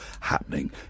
happening